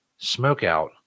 SmokeOut